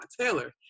Taylor